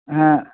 হ্যাঁ